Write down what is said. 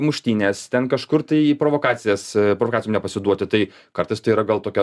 muštynes ten kažkur tai į provokacijas provokacijom nepasiduoti tai kartais tai yra gal tokia